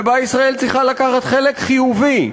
ובה ישראל צריכה לקחת חלק חיובי,